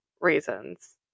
reasons